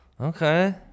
Okay